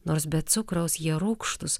nors be cukraus jie rūgštūs